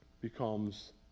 becomes